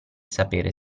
sapere